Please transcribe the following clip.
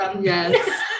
yes